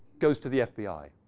goes to the fbi.